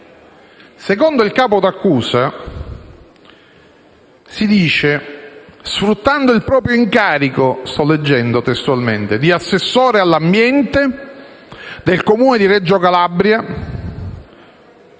Reges. Il capo d'accusa dice infatti che «sfruttando il proprio incarico di assessore all'ambiente nel Comune di Reggio Calabria»,